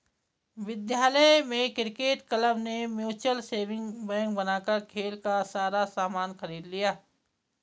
विद्यालय के cricket club ने म्यूचल सेविंग बैंक बनाकर खेल का सारा सामान खरीद लिया